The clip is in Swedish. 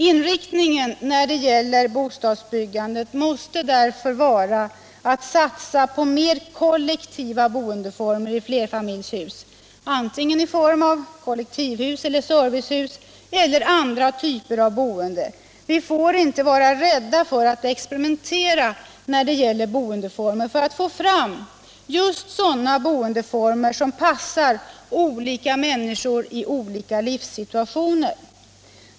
Inriktningen för bostadsbyggandet måste därför vara en satsning på mer kollektiva boendeformer i flerfamiljshus, i form av antingen kollektivhus eller servicehus eller också andra, nya typer av boende. Vi får inte vara rädda för att experimentera när det gäller boendeformer för att få fram just sådana boendeformer som passar olika människor i olika livssituationer.